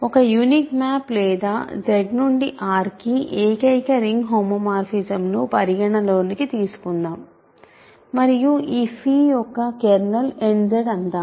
ఒక unique map లేదా Z నుండి R కి ఏకైక రింగ్ హోమోమోర్ఫిజమ్ ను పరిగణలోకి తీసుకుందాం మరియు ఈ యొక్క కెర్నల్ n Z అనుకుందాం